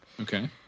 okay